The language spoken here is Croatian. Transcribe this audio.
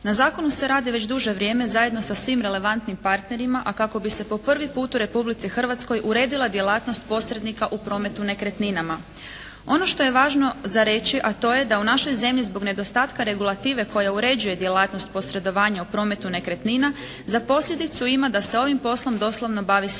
Na zakonu se radi već duže vrijeme zajedno sa svim relevantnim partnerima a kako bi se po prvi put u Republici Hrvatskoj uredila djelatnost posrednika u prometu nekretninama. Ono što je važno za reći a to je da u našoj zemlji zbog nedostatka regulative koja uređuje djelatnost posredovanja u prometu nekretnina za posljedicu ima da se ovim poslom doslovno bavi svatko.